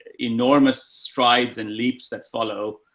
enormous strides and leaps that follow,